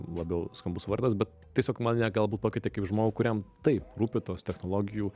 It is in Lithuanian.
labiau skambus vardas bet tiesiog mane galbūt pakvietė kaip žmogų kuriam taip rūpi tos technologijų